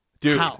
dude